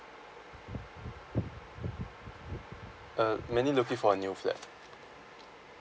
uh mainly looking for a new flat